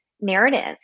narrative